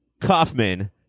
Kaufman